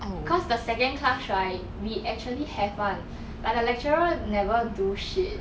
cause the second class right we actually have [one] but the lecturer never do shit